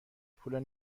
پول